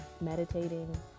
meditating